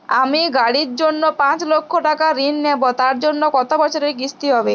আমি গাড়ির জন্য পাঁচ লক্ষ টাকা ঋণ নেবো তার জন্য কতো বছরের কিস্তি হবে?